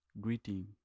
Greeting